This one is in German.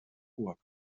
burg